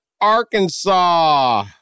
Arkansas